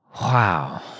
Wow